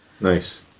Nice